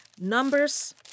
Numbers